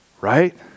right